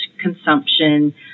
consumption